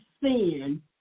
sin